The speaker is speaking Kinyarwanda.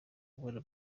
kubona